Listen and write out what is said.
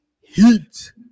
heat